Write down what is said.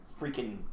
freaking